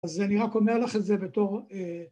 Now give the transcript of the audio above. ‫אז אני רק אומר לך את זה בתור...